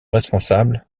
responsable